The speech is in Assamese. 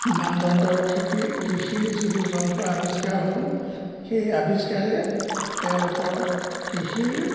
মানদণ্ডৰ কৃষি কৃষিৰ যিবোৰ যন্ত্ৰ আৱিষ্কাৰ হ'ল সেই আৱিষ্কাৰে তেওঁলোকৰ কৃষিৰ